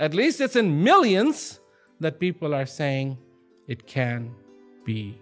at least it's in millions that people are saying it can be